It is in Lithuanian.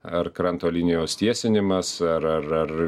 ar kranto linijos tiesinimas ar ar ar